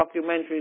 documentaries